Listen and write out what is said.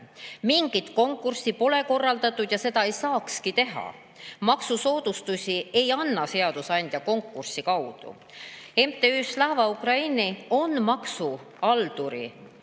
Mingit konkurssi pole korraldatud ega seda saakski teha. Maksusoodustusi ei sea seadusandja konkursi kaudu. MTÜ Slava Ukraini on maksuhalduri